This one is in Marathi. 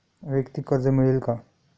वैयक्तिक कर्ज मिळेल का?